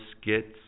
skits